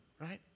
right